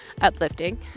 uplifting